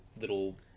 little